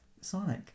Sonic